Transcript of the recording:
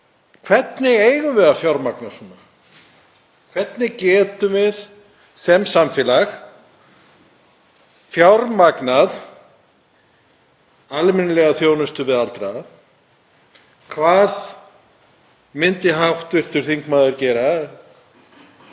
Hvernig eigum við að fjármagna svona? Hvernig getum við sem samfélag fjármagnað almennilega þjónustu við aldraða? Hvað myndi hv. þingmaður gera